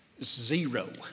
zero